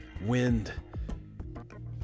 Wind